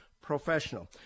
professional